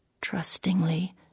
Trustingly